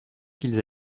qu’ils